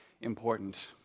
important